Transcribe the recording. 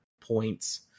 points